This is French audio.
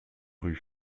rue